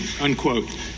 unquote